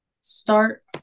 start